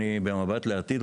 במבט לעתיד,